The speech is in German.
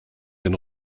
den